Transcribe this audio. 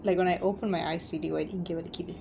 like when I open my eyes இங்க வலிக்குது:inga valikkuthu